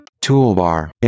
Toolbar